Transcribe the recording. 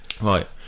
Right